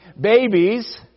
babies